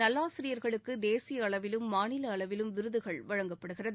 நல்வாசிரியர்களுக்கு தேசிய அளவிலும் மாநில அளவிலும் விருதுகள் வழங்கப்படுகிறது